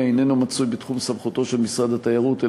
איננו בתחום סמכותו של משרד התיירות,